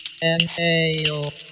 Inhale